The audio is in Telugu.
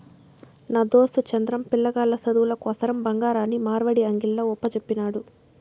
నా దోస్తు చంద్రం, పిలగాల్ల సదువుల కోసరం బంగారాన్ని మార్వడీ అంగిల్ల ఒప్పజెప్పినాడు